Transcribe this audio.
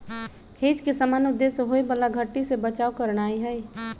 hedge के सामान्य उद्देश्य होयबला घट्टी से बचाव करनाइ हइ